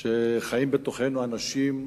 שחיים בתוכנו אנשים שונאים,